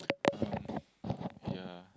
um yeah